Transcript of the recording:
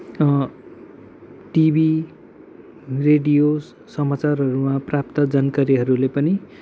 TV radio समाचारहरूमा प्राप्त जानकारीहरूले पनि